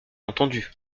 entendu